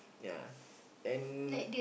ya then